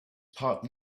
part